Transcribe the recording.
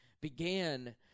began